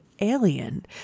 alien